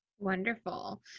Wonderful